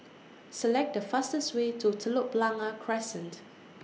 Select The fastest Way to Telok Blangah Crescent